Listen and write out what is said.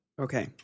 Okay